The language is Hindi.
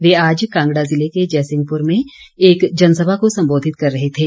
वे आज कांगड़ा जिले के जयसिंहपुर में एक जनसभा को संबोधित कर रहे थे